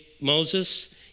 moses